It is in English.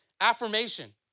Affirmation